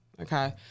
Okay